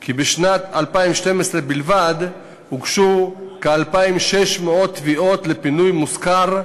כי בשנת 2012 בלבד הוגשו כ-2,600 תביעות לפינוי מושכר,